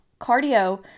Cardio